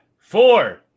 four